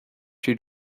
she